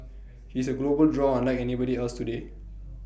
he's A global draw unlike anybody else today